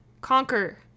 conquer